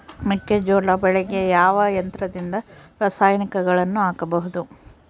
ಮೆಕ್ಕೆಜೋಳ ಬೆಳೆಗೆ ಯಾವ ಯಂತ್ರದಿಂದ ರಾಸಾಯನಿಕಗಳನ್ನು ಹಾಕಬಹುದು?